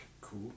cool